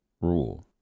rule